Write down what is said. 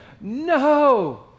no